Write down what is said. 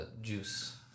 juice